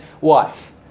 wife